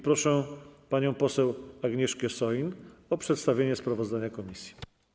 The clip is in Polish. Proszę panią poseł Agnieszkę Soin o przedstawienie sprawozdania komisji.